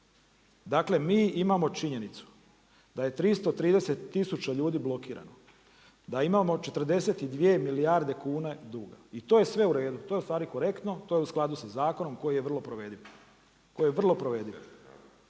Dakle, mi imamo činjenicu da je 330 tisuća ljudi blokirano. Da imamo 42 milijarde kuna duga i to je sve u redu, to je ustvari korektno, to je u skladu sa zakonom koji je vrlo provediv.